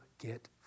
get